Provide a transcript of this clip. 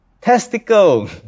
testicle